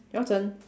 your turn